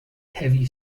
heavy